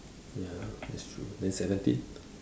ya that's true then seventeen